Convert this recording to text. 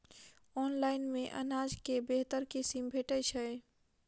Online मे अनाज केँ बेहतर किसिम भेटय छै?